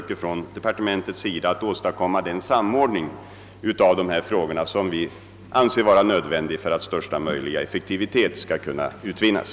Kommunikationsdepartementet försöker att åstadkomma den samordning av dessa frågor som vi anser vara nödvändig för att största möjliga effektivitet skall kunna utvinnas.